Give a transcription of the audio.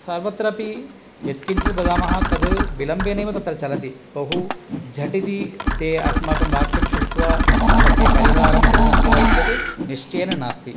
सर्वत्र अपि यत् किञ्चित् वदामः तद् विलम्बेनैव तत्र चलति बहु झटिति ते अस्माकं वाक्यं श्रुत्वा तस्य परिहारं कुर्वन्ति वा इति चेत् निश्चयेन नास्ति